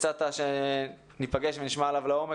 הצעת שניפגש ונשמע עליו לעומק,